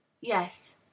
Yes